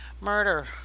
murder